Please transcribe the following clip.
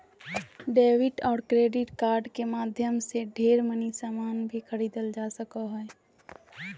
debit और credit card के माध्यम से ढेर मनी सामान भी खरीदल जा सको हय